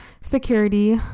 security